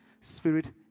Spirit